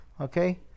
Okay